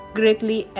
greatly